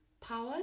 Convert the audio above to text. power